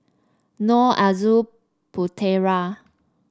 Nor Aizat Putera